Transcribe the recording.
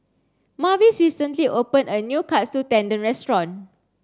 Mavis recently opened a new Katsu Tendon restaurant